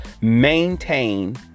maintain